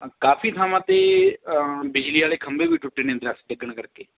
ਕਾਫੀ ਥਾਵਾਂ 'ਤੇ ਬਿਜਲੀ ਵਾਲੇ ਖੰਬੇ ਵੀ ਟੁੱਟੇ ਨੇ ਦਰਖਤ ਡਿੱਗਣ ਕਰਕੇ